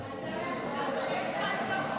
ששש.